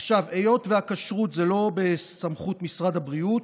עכשיו, היות שהכשרות היא לא בסמכות משרד הבריאות,